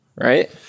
right